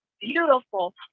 beautiful